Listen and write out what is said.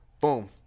Boom